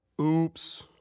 Oops